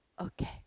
Okay